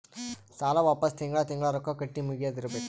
ಸಾಲ ವಾಪಸ್ ತಿಂಗಳಾ ತಿಂಗಳಾ ರೊಕ್ಕಾ ಕಟ್ಟಿ ಮುಗಿಯದ ಇರ್ಬೇಕು